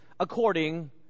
according